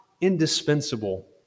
indispensable